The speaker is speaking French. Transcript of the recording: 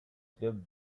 club